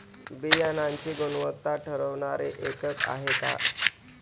बियाणांची गुणवत्ता ठरवणारे एकक आहे का?